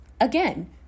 Again